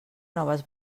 noves